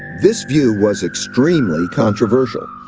this view was extremely controversial.